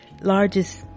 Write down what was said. largest